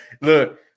Look